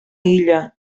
illa